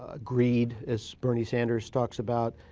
ah greed, as bernie sanders talks about,